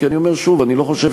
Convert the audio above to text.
כי אני אומר שוב: אני לא חושב